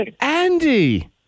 Andy